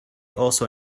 also